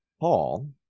Paul